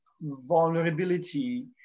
vulnerability